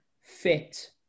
fit